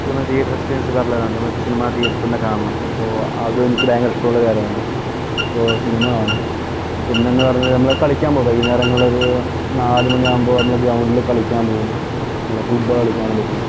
ഇതുപോലെ theatre experience വേറെ level ആണ് നമ്മൾ സിനിമ തിയേറ്ററിൽ തന്നെ കാണണം അപ്പോൾ അതും എനിക്ക് ഭയങ്കര ഇഷ്ടമുള്ള ഒരു കാര്യമാണ് അപ്പോൾ സിനിമ കാണും പിന്നെ എന്ന് പറഞ്ഞത് നമ്മുടെ കളിക്കാൻ പോകും വൈകുന്നേരങ്ങളിൽ ഒരു നാലുമണി ആകുമ്പോൾ നമ്മൾ ഗ്രൗണ്ടിൽ കളിക്കാൻ പോകും നമ്മൾ ഫുട്ബോൾ കളിക്കാൻ വേണ്ടി പോകും